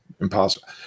impossible